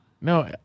No